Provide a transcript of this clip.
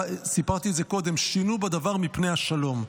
סיפרתי את זה קודם: שינו בדבר מפני השלום.